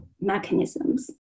mechanisms